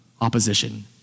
opposition